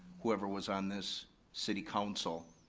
whoever was on this city council